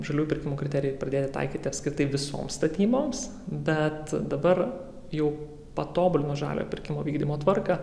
žaliųjų pirkimų kriterijai pradėti taikyti apskritai visoms statyboms bet dabar jau patobulino žaliojo pirkimo vykdymo tvarką